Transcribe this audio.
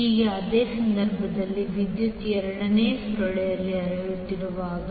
ಈಗ ಅದೇ ಸಂದರ್ಭದಲ್ಲಿ ವಿದ್ಯುತ್ ಎರಡನೇ ಸುರುಳಿಯಲ್ಲಿ ಹರಿಯುತ್ತಿರುವಾಗ